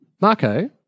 Marco